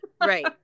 right